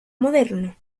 moderno